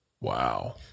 Wow